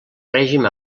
règim